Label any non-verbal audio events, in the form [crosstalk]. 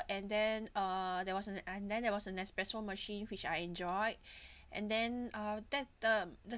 and then uh there was an and then there was an espresso machine which I enjoyed [breath] and then uh that's the the